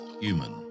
human